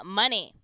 money